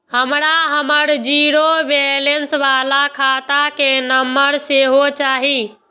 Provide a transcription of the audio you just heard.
हमरा हमर zero balance बाला खाता के नम्बर सेहो चाही